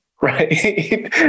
right